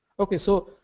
okay. so,